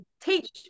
teach